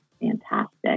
fantastic